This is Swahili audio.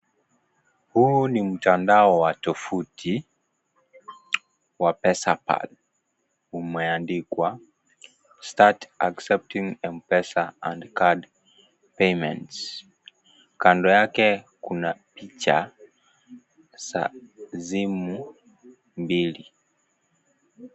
Huu ni mtandao wa tovuti wa Pesapal. Umeandikwa " start accepting mpesa and card payments ". Kando yake kuna picha za simu mbili.